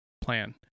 plan